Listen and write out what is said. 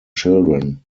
children